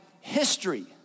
history